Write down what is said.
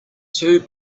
two